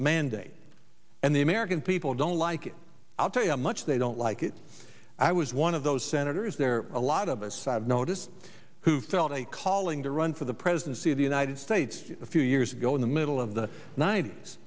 mandate and the american people don't like it i'll tell you how much they don't like it i was one of those senators there a lot of us i've noticed who felt a calling to run for the presidency of the united states a few years ago in the middle of the nineties